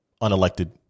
Unelected